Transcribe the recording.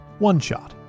OneShot